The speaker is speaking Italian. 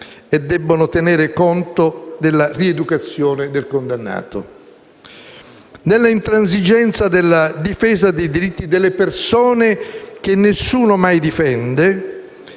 e devono tendere alla rieducazione del condannato. Nell'intransigenza della difesa dei diritti delle persone che nessuno mai difende